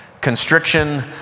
Constriction